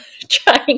trying